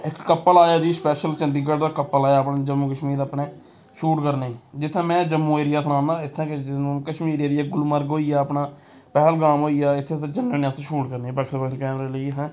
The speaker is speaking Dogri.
इक कपल आया जी स्पैशल चंडीगढ़ दा कपल आया अपने जम्मू कश्मीर अपने शूट करने गी जित्थै में जम्मू एरिया सनानां इत्थै जम्मू कश्मीर एरिया गुलमर्ग होई गेआ अपना पैहलगाम होई गेआ इत्थें इत्थें जन्ने अस शूट करने बक्खरे बक्खरे कैमरे लेइयै अस